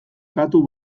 katu